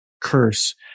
curse